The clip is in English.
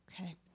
okay